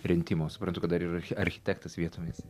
rentimo suprantu kad dar ir architektas vietomis